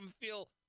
feel